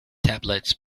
tablets